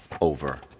over